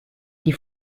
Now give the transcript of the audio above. die